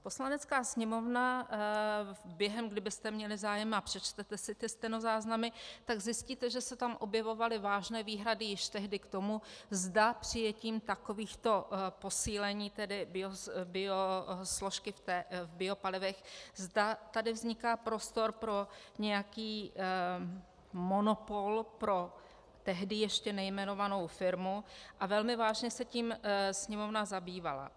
Poslanecká sněmovna během kdybyste měli zájem a přečtete si ty stenozáznamy, tak zjistíte, že se tam objevovaly vážné výhrady již tehdy k tomu, zda přijetím takovýchto posílení biosložky v biopalivech, zda tady vzniká prostor pro nějaký monopol pro tehdy ještě nejmenovanou firmu, a velmi vážně se tím Sněmovna zabývala.